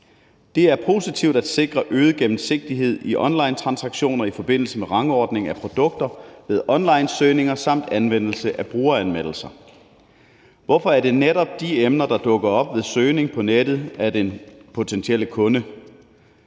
Det er positivt at sikre øget gennemsigtighed i onlinetransaktioner i forbindelse med rangordning af produkter ved onlinesøgninger samt anvendelse af brugeranmeldelser. Hvorfor er det netop de emner, der dukker op ved søgning på nettet af den potentielle kunde?